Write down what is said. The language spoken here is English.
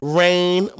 rain